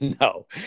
No